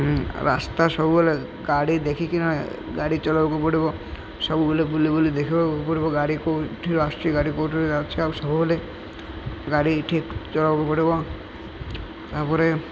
ରାସ୍ତା ସବୁବେଳେ ଗାଡ଼ି ଦେଖିକି ନ ଗାଡ଼ି ଚଲାଇବାକୁ ପଡ଼ିବ ସବୁବେଳେ ବୁଲି ବୁଲି ଦେଖିବାକୁ ପଡ଼ିବ ଗାଡ଼ି କେଉଁଠି ଆସିଛି ଗାଡ଼ି କେଉଁଠି ଅଛି ଆଉ ସବୁବେଳେ ଗାଡ଼ି ଠିକ୍ ଚଲାଇବାକୁ ପଡ଼ିବ ତା'ପରେ